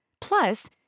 Plus